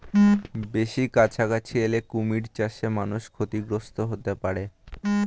বেশি কাছাকাছি এলে কুমির চাষে মানুষ ক্ষতিগ্রস্ত হতে পারে